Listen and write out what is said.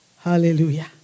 Hallelujah